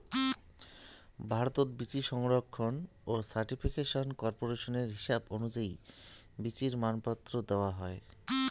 ভারতত বীচি সংরক্ষণ ও সার্টিফিকেশন কর্পোরেশনের হিসাব অনুযায়ী বীচির মানপত্র দ্যাওয়াং হই